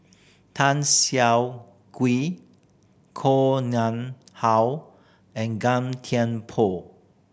Tan Siah Kwee Koh Nguang How and Thiam Poh